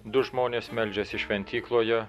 du žmonės meldžiasi šventykloje